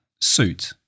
suit